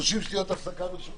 להצעת החוק, לאחר